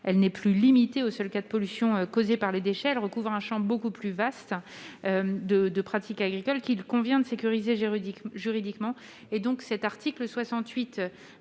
sols n'est plus limitée au seul cas de pollution causée par des déchets ; elle recouvre un champ beaucoup plus vaste de pratiques agricoles qu'il convient de sécuriser juridiquement. Même amendé